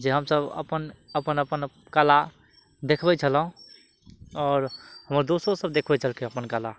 जे हमसब अपन अपन कला देखबय छलहुँ आओर हमर दोस्तो सब देखबय छलखिन अपन कला